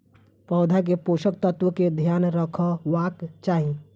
पौधा के पोषक तत्व के ध्यान रखवाक चाही